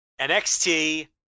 NXT